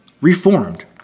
reformed